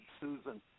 Susan